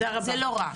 זה לא רע.